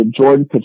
Jordan